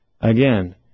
Again